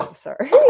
Sorry